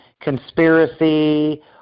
conspiracy